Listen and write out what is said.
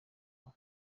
mama